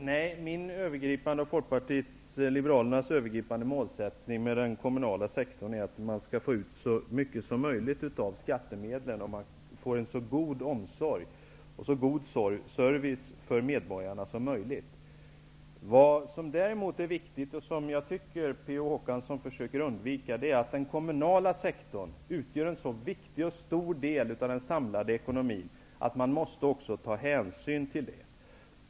Herr talman! Nej, min och Folkpartiet liberalernas övergripande målsättning med den kommunala sektorn är att man skall få ut så mycket som möjligt av skattemedlen och att man skall få en så god omsorg och service som möjligt för medborgarna. Vad som däremot är viktigt, och som jag tycker att Per Olof Håkansson försöker att undvika, är att den kommunala sektorn utgör en sådan viktig och stor del av den samlade ekonomin att man också måste ta hänsyn till den.